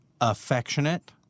affectionate